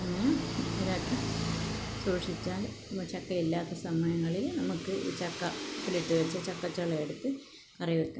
ഇങ്ങനെ കുപ്പിയിലാക്കി സൂക്ഷിച്ചാൽ ചക്കയില്ലാത്ത സമയങ്ങളിൽ നമുക്ക് ഈ ചക്ക ഉപ്പിലിട്ട് വച്ച ചക്കച്ചുള എടുത്ത് കറി വയ്ക്കാം